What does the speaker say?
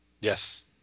Yes